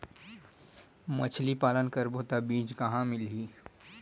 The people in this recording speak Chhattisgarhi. मछरी पालन करबो त बीज कहां मिलही?